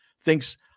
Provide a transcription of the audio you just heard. thinks